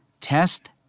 Test